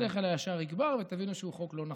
שהשכל הישר יגבר ותבינו שהוא חוק לא נכון.